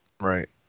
Right